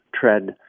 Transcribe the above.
tread